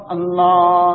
Allah